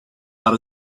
out